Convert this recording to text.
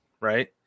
Right